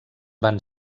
van